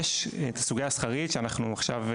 יש את הסוגייה השכרית שאנחנו עכשיו,